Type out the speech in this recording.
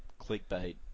clickbait